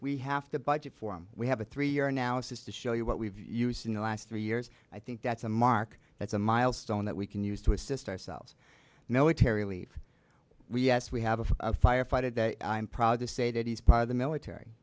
we have to budget for him we have a three year now it's just to show you what we've used in the last three years i think that's a mark that's a milestone that we can use to assist ourselves military leave we asked we have a fire fight a day i'm proud to say that he's part of the military